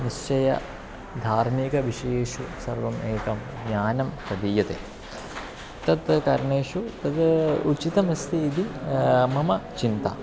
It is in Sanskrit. निश्चयधार्मिकविषयेषु सर्वम् एकं ज्ञानं प्रदीयते तत् कारणेषु तद् उचितमस्ति इति मम चिन्ता